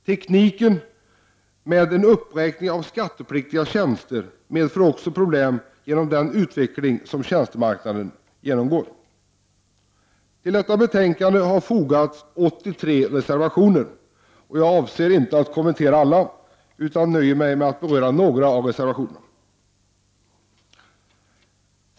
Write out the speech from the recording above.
Tekniken med en uppräkning av skattepliktiga tjänster medför också problem genom den utveckling som tjänstemarknaden genomgår. Till detta betänkande har 83 reservationer fogats, men jag avser inte att kommentera alla, utan jag nöjer mig med att beröra några av reservationerna.